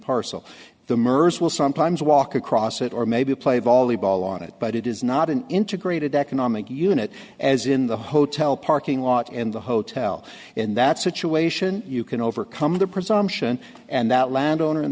merced will sometimes walk across it or maybe play volleyball on it but it is not an integrated economic unit as in the hotel parking lot in the hotel in that situation you can overcome the presumption and that landowner in